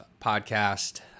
podcast